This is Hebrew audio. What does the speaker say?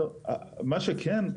מה שכן,